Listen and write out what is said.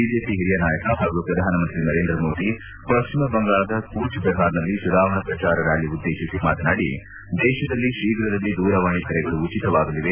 BJP ಹಿರಿಯ ನಾಯಕ ಹಾಗೂ ಪ್ರಧಾನಮಂತ್ರಿ ನರೇಂದ್ರ ಮೋದಿ ಪಶ್ಚಿಮ ಬಂಗಾಳದ ಕೂಚ್ ಬೆಹಾರ್ನಲ್ಲಿ ಚುನಾವಣಾ ಪ್ರಚಾರ ರ್ತಾಲಿ ಉದ್ದೇಶಿಸಿ ಮಾತನಾಡಿ ದೇಶದಲ್ಲಿ ಶೀಘ್ರದಲ್ಲೇ ದೂರವಾಣಿ ಕರೆಗಳು ಉಚಿತವಾಗಲಿದೆ